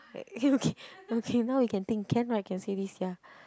okay okay now we can think can right can say this ya